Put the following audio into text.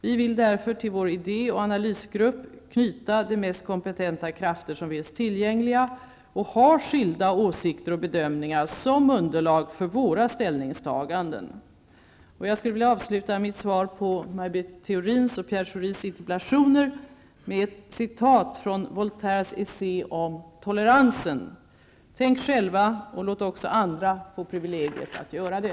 Vi vill därför till vår idé och analysgrupp knyta de mest kompetenta krafter som finns tillgängliga och ha skilda åsikter och bedömningar som underlag för våra ställningstaganden. Jag skulle vilja avsluta mitt svar på Maj Britt Theorins och Pierre Schoris interpellationer med ett citat från Voltaires essä om toleransen: ''Tänk själva och låt också andra få privilegiet att göra det!''